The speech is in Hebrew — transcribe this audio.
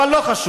אבל לא חשוב,